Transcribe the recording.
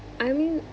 I mean